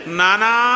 nana